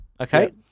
Okay